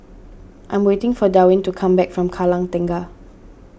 I am waiting for Darwin to come back from Kallang Tengah